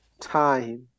time